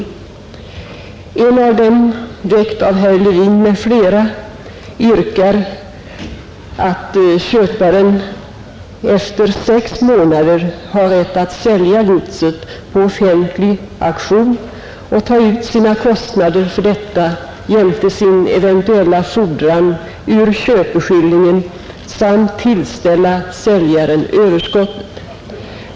I en av motionerna, väckt av herr Levin, yrkas att köparen efter sex månader skall ha rätt att sälja godset på offentlig auktion och att ta ut sina kostnader för detta jämte sin eventuella fordran ur köpeskillingen samt tillställa säljaren överskottet.